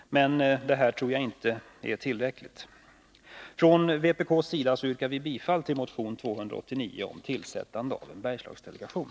Men jag tror inte att det är tillräckligt. Från vpk:s sida yrkar vi bifall till motion 289 om tillsättande av en Bergslagsdelegation.